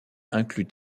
inclut